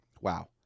wow